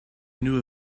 knew